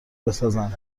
بسازند